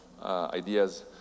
Ideas